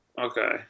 Okay